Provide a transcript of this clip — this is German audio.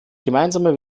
gemeinsame